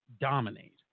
dominate